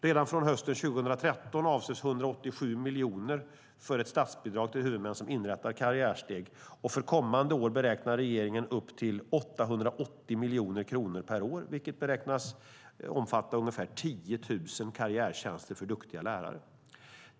Redan från hösten 2013 avsätts 187 miljoner för ett statsbidrag till huvudmän som inrättar karriärsteg. För kommande år beräknar regeringen upp till 880 miljoner kronor per år, vilket beräknas omfatta ungefär 10 000 karriärtjänster för duktiga lärare.